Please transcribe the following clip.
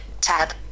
tab